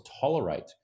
tolerate